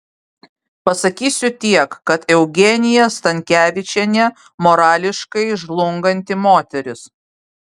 pasakysiu tiek kad eugenija stankevičienė morališkai žlunganti moteris